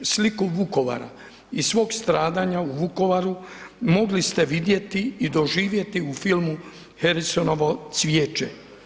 Sliku Vukovara i svog stradanja u Vukovaru mogli ste vidjeti i doživjeti u filmu „Harrisonovo cvijeće“